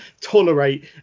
tolerate